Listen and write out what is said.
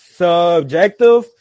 subjective